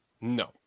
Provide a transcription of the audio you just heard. No